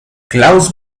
claus